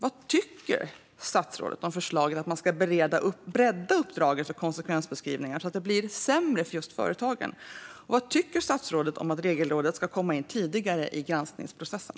Vad tycker statsrådet om förslagen att man ska bredda uppdraget för konsekvensbeskrivningar så att de blir sämre för just företagen? Och vad tycker statsrådet om att Regelrådet ska komma in tidigare i granskningsprocessen?